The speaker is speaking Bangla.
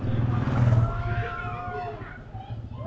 পড়াশুনার জন্যে ব্যাংক কত টাকা লোন দেয়?